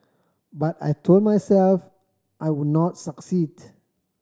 but I told myself I would not succeed